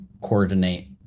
coordinate